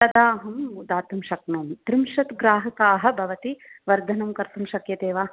तथा अहं दातुं शक्नोमि त्रिंशत् ग्राहका भवति वर्धनं कर्तुं शक्यते वा